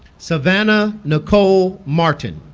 savanna nikol martin